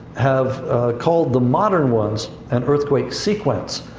have called the modern ones an earthquake sequence.